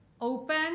open